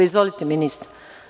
Izvolite ministre.